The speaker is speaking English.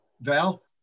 Val